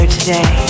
today